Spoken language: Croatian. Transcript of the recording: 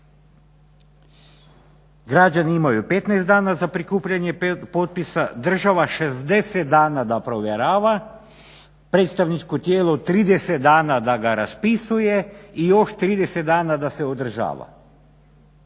Građani imaju 15 dana za prikupljanje potpisa, država 60 dana da provjerava, predstavničko tijelo 30 dana da ga raspisuje i još 30 dana da se održava.